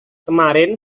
kemarin